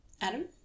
Adam